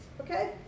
Okay